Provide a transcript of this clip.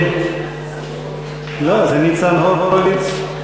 לא, זה ניצן הורוביץ.